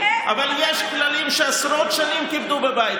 אבל יש כללים שעשרות שנים כיבדו בבית